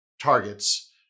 targets